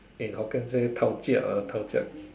in Hokkien say